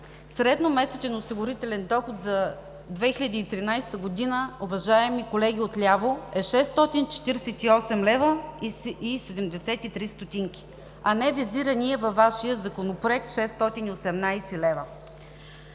средномесечният осигурителен доход за 2013 г., уважаеми колеги от ляво, е 648 лв. 73 ст., а не визирания във Вашия Законопроект 618 лв.